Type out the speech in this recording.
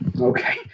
Okay